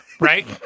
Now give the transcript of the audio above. right